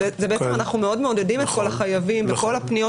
אנחנו מעודדים מאוד את כל החייבים בכל הפניות